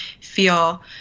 feel